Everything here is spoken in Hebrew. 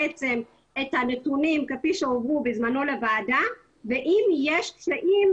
הנתונים כפי שהועברו בזמנו לוועדה ואם יש קשיים,